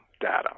data